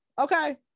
okay